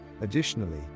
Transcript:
Additionally